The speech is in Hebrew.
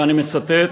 ואני מצטט: